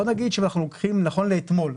בוא נגיד שאם אנחנו לוקחים נכון לאתמול,